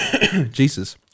Jesus